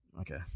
Okay